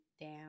down